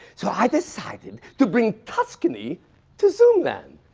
so i decided to bring tuscany to zoom land.